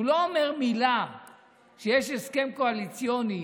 הוא לא אומר מילה כשיש הסכם קואליציוני,